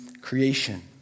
creation